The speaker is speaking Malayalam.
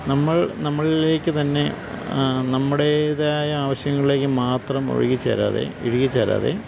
നമ്മൾ നമ്മളിലേക്കു തന്നെ നമ്മുടേതായ ആവശ്യങ്ങളിലേക്കു മാത്രം ഇഴുകിച്ചേരാതെ